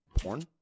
porn